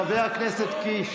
חבר הכנסת קיש,